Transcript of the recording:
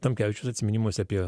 tamkevičius atsiminimuose apie